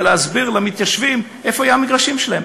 להסביר למתיישבים איפה יהיו המגרשים שלהם.